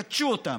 כתשו אותם.